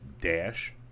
dash